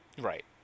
Right